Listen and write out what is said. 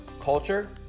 culture